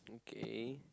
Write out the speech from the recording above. K